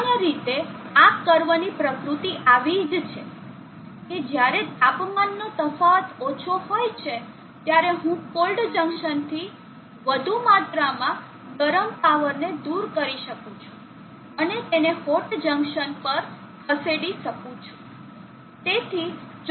સામાન્ય રીતે આ કર્વની પ્રકૃતિ આવી જ છે કે જ્યારે તાપમાનનો તફાવત ઓછો હોય છે ત્યારે હું કોલ્ડ જંકશન થી વધુ માત્રામાં ગરમ પાવરને દૂર કરી શકું છું અને તેને હોટ જંકશન પર ખસેડી શકું છું